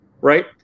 Right